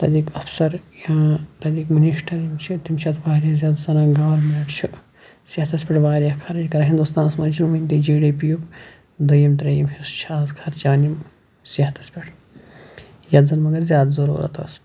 تَتِکۍ اَفسَر یا تَتِکۍ مِنِسٹَر یِم چھِ یِم چھِ تِم چھِ اتھ واریاہ زیادٕ سَنان گورمنٹ چھِ صحتَس پیٹھ واریاہ خَرچ کَران ہِندُستانَس مَنٛز چھُ وٕنۍتہِ جی ڈی پی یُک دوٚیِم تریٚیِم حِصہٕ چھِ آز خَرچان یِم صحتَس پیٹھ ییٚلہِ زَن مَگَر زیاد ضوٚروٗرَت ٲس